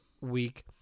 week